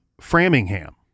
Framingham